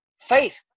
faith